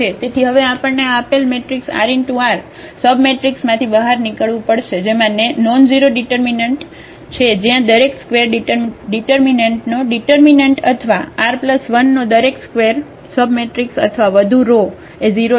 તેથી હવે આપણને આ આપેલ મેટ્રિક્સ r × r સબમેટ્રિક્સમાંથી બહાર નીકળવું પડશે જેમાં નોનઝીરો ડિટર્મિનન્ટ છે જ્યા દરેક સ્કવેર ડિટર્મિનન્ટનો ડિટર્મિનન્ટ અથવા r 1 નો દરેક સ્કવેર સબમટ્રિક્સ અથવા વધુ રો એ 0 છે